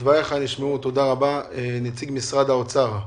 נציג האוצר,